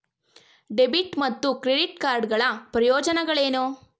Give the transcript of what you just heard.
Debit ಮತ್ತು credit card ಗಳ ಪ್ರಯೋಜನಗಳೇನು?